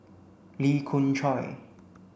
Lee Khoon Choy